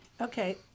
Okay